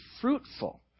fruitful